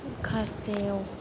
खासेव